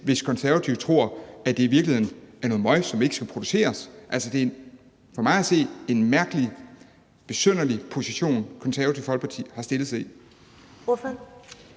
hvis Konservative tror, at det i virkeligheden er noget møg, som ikke skal produceres? Altså, for mig at se er det en mærkelig og besynderlig position, Det Konservative Folkeparti har indtaget. Kl.